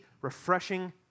refreshing